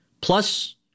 plus